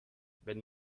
wenn